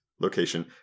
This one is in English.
location